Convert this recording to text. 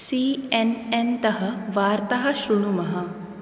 C N N तः वार्ताः श्रुणुमः